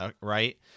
right